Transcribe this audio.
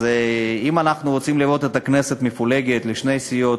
אז אם אנחנו רוצים לראות את הכנסת מפולגת לשתי סיעות,